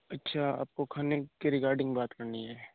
अच्छा आपको खाने के रिगार्डिन्ग बात करनी है